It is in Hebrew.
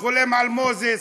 חולם על מוזס,